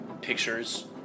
pictures